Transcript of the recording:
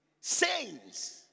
sayings